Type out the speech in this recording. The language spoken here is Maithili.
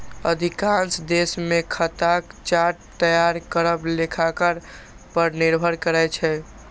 अधिकांश देश मे खाताक चार्ट तैयार करब लेखाकार पर निर्भर करै छै